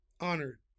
honored